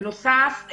בנוסף,